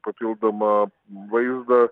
papildomą vaizdą